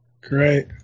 Great